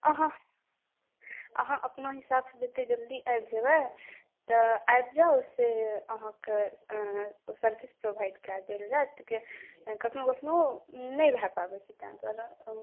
अहाँ अहाँ अपना हिसाबसे जतय जल्द आबि जेबै तऽ आबि जाउ से अहाँके सर्विस प्रोवाइड कऽ देल जायत कखनो कखनो नहि भऽ पाबै छै तैं दुआरे कहलहुँ